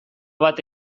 bat